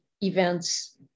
events